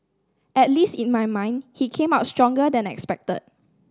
at least in my mind he came out stronger than expected